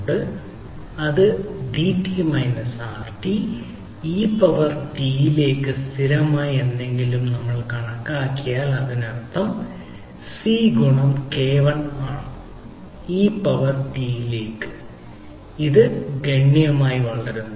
അതിനാൽ Dt minus Rt e power t ലേക്ക് സ്ഥിരമായി എന്തെങ്കിലും കണക്കാക്കിയാൽ അതിനർത്ഥം C ഗുണം K 1 ആണ് e പവർ T യിലേക്ക് ഇത് ഗണ്യമായി വളരുന്നു